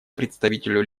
представителю